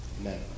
Amen